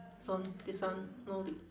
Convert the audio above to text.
so this one no di~